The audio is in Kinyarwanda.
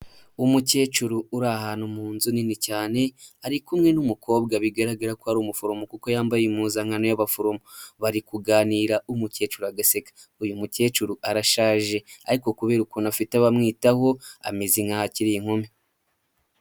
Umukecuru uri ahantu mu nzu nini cyane ari kumwe n'umukobwa, bigaragara ko ari umuforomo kuko yambaye impuzankano y'abaforomo, bari kuganira umukecuru agaseka. Uyu mukecuru arashaje ariko kubera ukuntu afite abamwitaho ameze nkaho akiri inkumi.